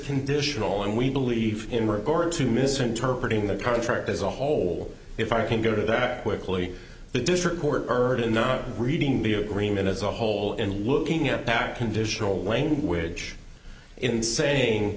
conditional and we believe in regard to misinterpreting the contract as a whole if i can go to that quickly the district court burden not reading the agreement as a whole and looking at parent conditional language in sa